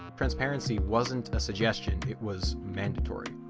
transparency wasn't a suggestion, it was mandatory.